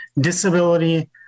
disability